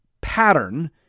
pattern